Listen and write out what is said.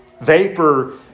Vapor